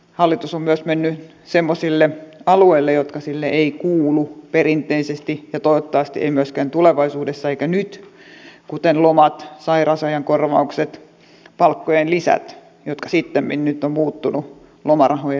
hallitus on myös mennyt semmoisille alueille jotka sille eivät kuulu perinteisesti ja toivottavasti eivät myöskään tulevaisuudessa eivätkä nyt kuten lomat sairausajan korvaukset palkkojen lisät jotka sittemmin nyt ovat muuttuneet lomarahojen leikkauksiksi